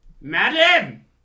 Madam